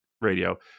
radio